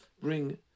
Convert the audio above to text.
bring